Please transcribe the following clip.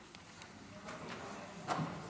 מתנגדים.